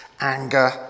anger